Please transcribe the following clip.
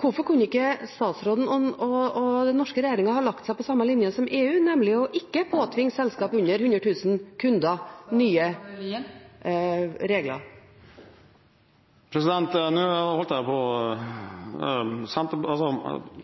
hvorfor kunne ikke statsråden og den norske regjeringen ha lagt seg på den samme linja som EU, nemlig ikke å påtvinge selskap med under 100 000 kunder nye regler? Representanten Arnstad stilte meg spørsmål om vi ikke skulle følge etter EU, jeg